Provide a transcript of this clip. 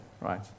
right